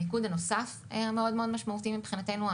המיקוד הנוסף היה מאוד משמעותי מבחינתנו,